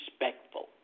respectful